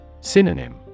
Synonym